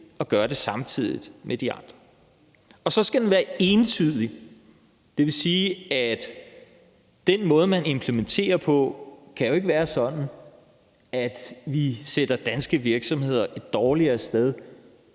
og gøre det samtidig med de andre. Og så skal den være entydig. Det vil sige, at den måde, man implementerer på, jo ikke kan være sådan, at vi sætter danske virksomheder et dårligere sted,